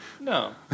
No